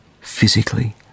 physically